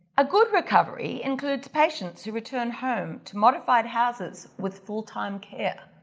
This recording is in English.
a good recovery includes patients who return home to modified houses with full-time care.